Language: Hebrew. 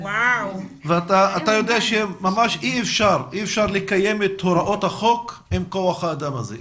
אתה יודע שממש אי אפשר לקיים את הוראות החוק עם כוח האדם הזה.